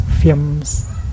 films